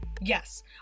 Yes